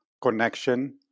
connection